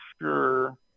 sure